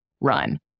run